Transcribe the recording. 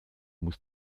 muss